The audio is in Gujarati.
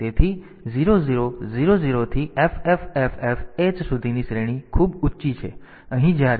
તેથી 0000 થી FFFFh સુધીની શ્રેણી ખૂબ ઊંચી છે